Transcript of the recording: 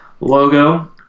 logo